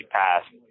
passed